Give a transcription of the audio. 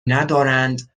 ندارند